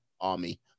army